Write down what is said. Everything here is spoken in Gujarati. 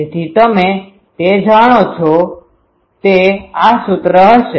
તેથી તે તમે જાણો છો તે આ સૂત્ર હશે